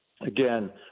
Again